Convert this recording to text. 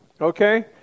okay